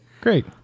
Great